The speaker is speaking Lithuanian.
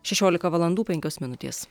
šešiolika valandų penkios minutės